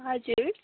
हजुर